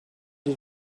did